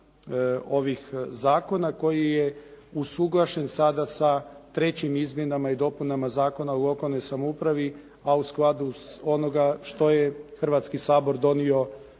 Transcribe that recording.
ovih zakona koji je usuglašen sada sa trećim Izmjenama i dopunama Zakona o lokalnoj samoupravi a u skladu s onoga što je Hrvatski sabor donio